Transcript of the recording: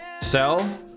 sell